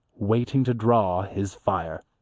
waiting to draw his fire.